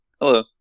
Hello